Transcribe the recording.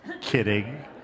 kidding